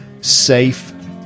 safe